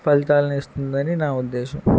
ఫలితాల్ని ఇస్తుందని నా ఉద్దేశం